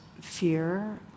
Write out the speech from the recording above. fear